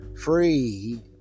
free